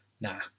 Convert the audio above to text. Nah